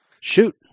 Shoot